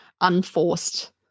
unforced